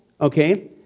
okay